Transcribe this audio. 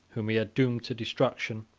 whom he had doomed to destruction,